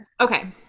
okay